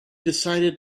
decided